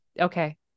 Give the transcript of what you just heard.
Okay